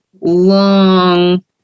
long